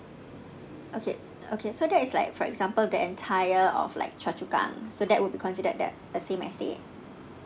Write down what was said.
okay okay so that is like for example the entire of like choa chu kang so that would be considered that the same estate